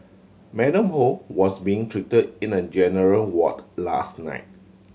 Madam Ho was being treated in a general ward last night